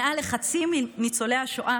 מעל לחצי מניצולי השואה